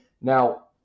Now